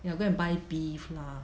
ya go and buy beef lah